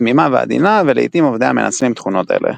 תמימה ועדינה, ולעיתים עובדיה מנצלים תכונות אלה.